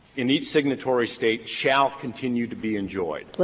in each signatory state shall continue to be enjoyed. but